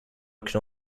can